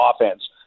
offense